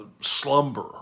slumber